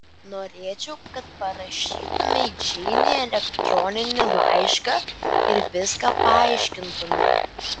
norėčiau kad parašytumei džeinei elektroninį laišką ir viską paaiškintumei